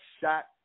shot